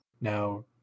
Now